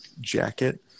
jacket